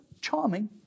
charming